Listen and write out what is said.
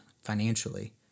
financially